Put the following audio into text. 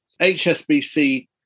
HSBC